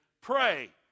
pray